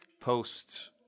post